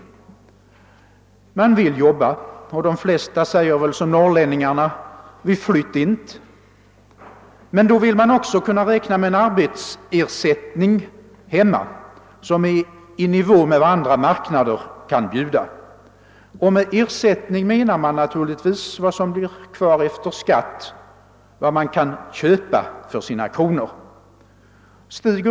Människor vill arbeta och de flesta säger väl som norrlänningarna: »Vi flytt int'.« Men då vill man också kunna räkna med en arbetsersättning hemma som är i nivå med vad andra marknader kan bjuda. Med ersättning menas naturligtvis vad som blir kvar efter skatt, vad man kan köpa för sina kronor.